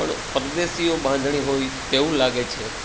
પણ પરદેસીઓ બાંધણી હોય તેવું લાગે છે